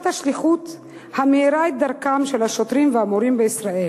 השליחות המאירה את דרכם של השוטרים והמורים בישראל.